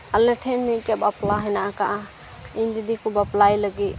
ᱟᱞᱮ ᱴᱷᱮᱱ ᱢᱤᱫᱴᱮᱱ ᱵᱟᱯᱞᱟ ᱦᱮᱱᱟᱜ ᱠᱟᱜᱼᱟ ᱤᱧ ᱫᱤᱫᱤ ᱠᱚ ᱵᱟᱯᱞᱟᱭᱮ ᱞᱟᱹᱜᱤᱫ